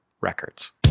Records